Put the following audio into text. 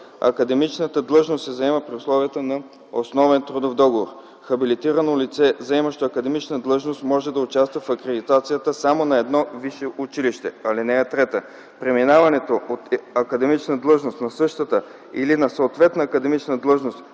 Академичната длъжност се заема при условията на основен трудов договор. Хабилитирано лице, заемащо академична длъжност, може да участва в акредитацията само на едно висше училище. (3) Преминаването от академична длъжност на същата или на съответна академична длъжност